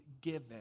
given